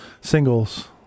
singles